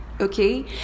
Okay